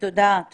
תודה.